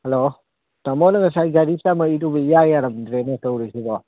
hello ꯇꯥꯃꯣꯅ ꯉꯁꯥꯏ ꯒꯥꯔꯤ ꯆꯥꯝꯃꯛꯏꯗꯨꯕꯨ ꯏꯌꯥ ꯌꯥꯔꯝꯗ꯭ꯔꯦꯅꯦ ꯇꯧꯔꯤꯁꯤꯕꯣ